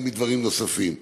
גם מדברים נוספים.